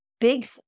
big